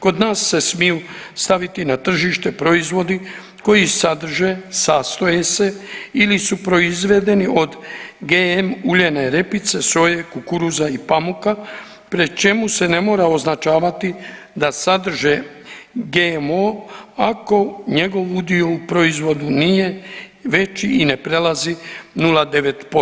Kod nas se smiju staviti na tržište proizvodi koji sadrže, sastoje se ili su proizvedeni od GM uljane repice, soje, kukuruza i pamuka, pri čemu se ne mora označavati da sadrže GMO ako njegov udio u proizvodu nije veći i ne prelazi 0,9%